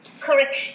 Correct